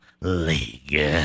League